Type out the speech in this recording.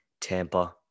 Tampa